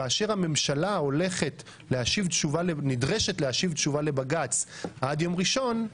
כשהממשלה נדרשת להשיב תשובה לבג"ץ עד יום ראשון,